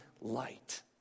light